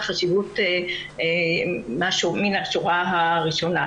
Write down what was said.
חשיבות מן השורה הראשונה.